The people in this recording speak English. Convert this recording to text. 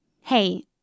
Hey